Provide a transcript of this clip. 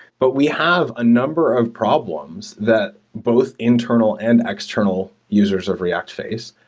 but we have a number of problems that both internal and external users of react face.